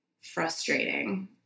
frustrating